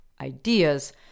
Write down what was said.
ideas